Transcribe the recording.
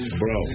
bro